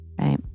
right